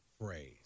phrase